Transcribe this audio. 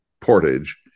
portage